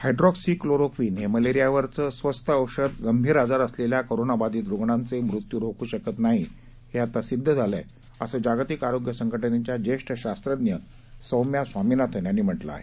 hydroxychloroquine हे मलेरियावरचं स्वस्त औषध गंभीर आजारी असलेल्या कोरोनाबाधित रुग्णांचे मृत्यू रोखू शकत नाही हे आता सिद्ध झालं आहे असं जागतिक आरोग्य संघटनेच्या ज्येष्ठ शास्त्रज्ञ सौम्या स्वामिनाथन यांनी म्हटलं आहे